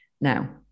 Now